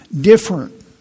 different